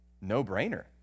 no-brainer